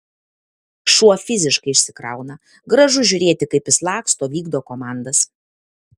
šuo fiziškai išsikrauna gražu žiūrėti kaip jis laksto vykdo komandas